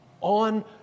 on